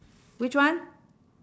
which one